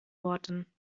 worten